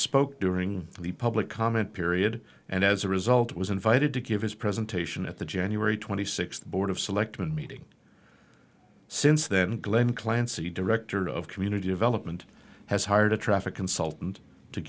spoke during the public comment period and as a result was invited to give his presentation at the january twenty sixth board of selectmen meeting since then glen clancy director of community development has hired a traffic consultant to